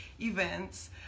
events